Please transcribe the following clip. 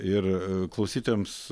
ir klausytojams